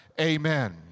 amen